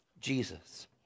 Jesus